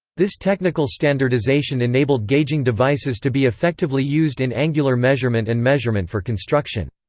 this technical standardization enabled gauging devices to be effectively used in angular measurement and measurement for construction.